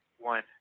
One